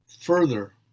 further